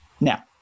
Now